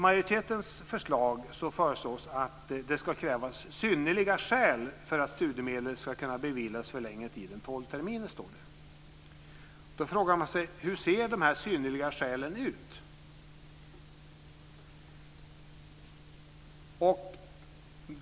Majoriteten föreslår att det ska krävas synnerliga skäl för att studiemedel ska kunna beviljas för längre tid än tolv terminer. Då frågar man sig: Hur ser dessa synnerliga skäl ut?